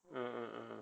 um